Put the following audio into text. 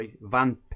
Van